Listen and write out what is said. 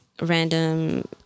random